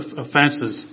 offenses